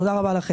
תודה רבה.